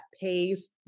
pays